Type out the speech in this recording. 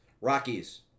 Rockies